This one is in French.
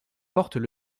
portent